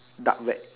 dark web